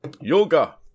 Yoga